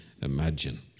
imagine